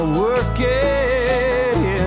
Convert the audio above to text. working